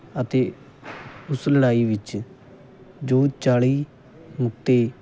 ਅਤੇ ਉਸ ਲੜਾਈ ਵਿੱਚ ਜੋ ਚਾਲੀ ਮੁਕਤੇ